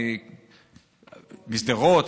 משדרות,